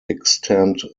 extant